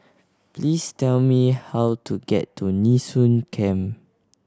please tell me how to get to Nee Soon Camp